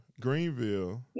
greenville